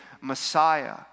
Messiah